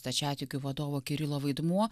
stačiatikių vadovo kirilo vaidmuo